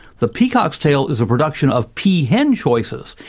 the peacock's tail is a production of peahen choices.